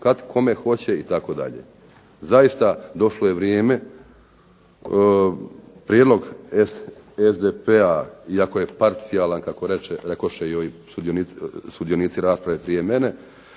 kad kome hoće itd. Zaista došlo je vrijeme, prijedlog SDP-a i ako je parcijalan kako rekoše i ovi sudionici rasprave prije mene